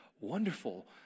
wonderful